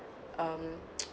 um